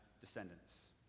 descendants